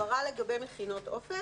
הבהרה לגבי מכינות אופק,